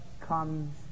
comes